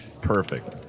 Perfect